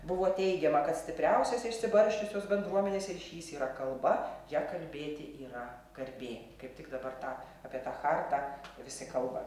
buvo teigiama kad stipriausias išsibarsčiusios bendruomenės ryšys yra kalba ja kalbėti yra garbė kaip tik dabar tą apie tą chartą visi kalba